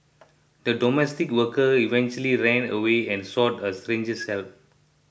the domestic worker eventually ran away and sought a stranger's help